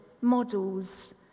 models